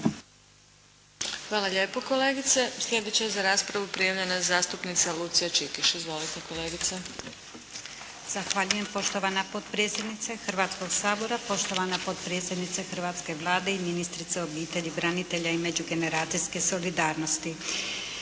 Hvala lijepo kolegice. Sljedeća je za raspravu prijavljena zastupnica Lucija Čikeš. **Čikeš, Lucija (HDZ)** Zahvaljujem poštovana potpredsjednice Hrvatskoga sabora, poštovana potpredsjednice hrvatske Vlade i ministrice obitelji, branitelja i međugeneracijske solidarnosti.